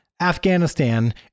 Afghanistan